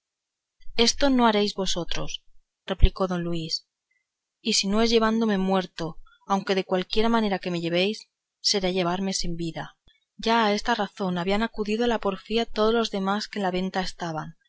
eso no haréis vosotros replicó don luis si no es llevándome muerto aunque de cualquiera manera que me llevéis será llevarme sin vida ya a esta sazón habían acudido a la porfía todos los más que en la venta estaban